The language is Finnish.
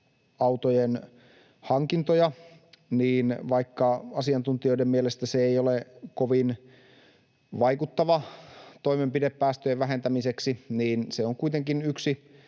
sähköautojen hankintoja, ja vaikka asiantuntijoiden mielestä se ei ole kovin vaikuttava toimenpide päästöjen vähentämiseksi, niin se on kuitenkin yksi